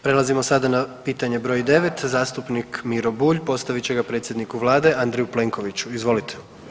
Prelazimo sada na pitanje br. 9., zastupnik Miro Bulj postavit će ga predsjedniku vlade Andreju Plenkoviću, izvolite.